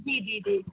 جی جی جی